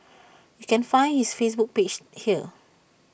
you can find his Facebook page here